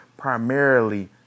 Primarily